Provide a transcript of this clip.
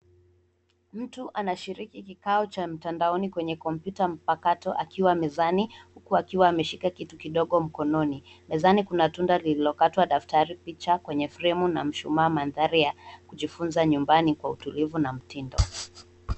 Mtu anashiriki kikao cha mtandaoni kwenye kompyuta mpakato akiwa mezani huku akiwa ameshika kitu kidogo mkononi. Mezani kuna tunda lililokatwa, daftari, picha kwenye fremu na mshumaa. Mandhari ya kujifunza nyumbani kwa utulivu na mtindo.